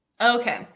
Okay